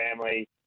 family